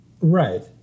right